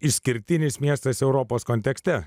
išskirtinis miestas europos kontekste